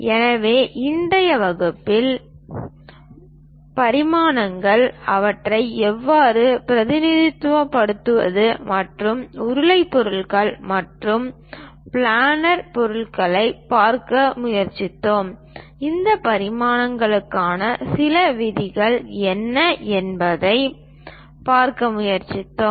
எனவே இன்றைய வகுப்பில் பரிமாணங்கள் அவற்றை எவ்வாறு பிரதிநிதித்துவப்படுத்துவது மற்றும் உருளை பொருள்கள் மற்றும் பிளானர் பொருள்களைப் பார்க்க முயற்சித்தோம் இந்த பரிமாணத்திற்கான சில விதிகள் என்ன என்பதைப் பார்க்க முயற்சித்தோம்